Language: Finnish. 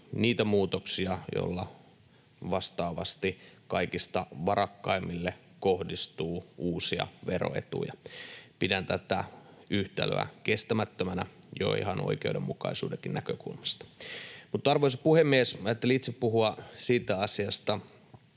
niitä muutoksia, joilla vastaavasti kaikista varakkaimmille kohdistuu uusia veroetuja. Pidän tätä yhtälöä kestämättömänä jo ihan oikeudenmukaisuudenkin näkökulmasta. Mutta, arvoisa puhemies, ajattelin itse puhua siitä asiasta,